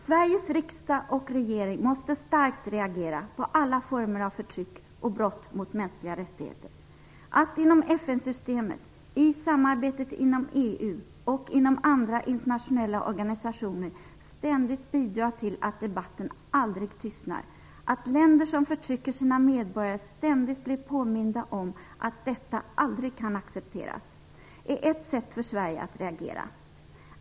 Sveriges riksdag och regering måste starkt reagera på alla former av förtryck och brott mot mänskliga rättigheter. Att inom FN-systemet, i samarbetet inom EU och inom andra internationella organisationer ständigt bidra till att debatten aldrig tystnar, att länder som förtrycker sina medborgare ständigt blir påminda om att detta aldrig kan accepteras är ett sätt för Sverige att reagera.